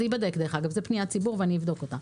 זאת פניית ציבור, ואני אבדוק אותה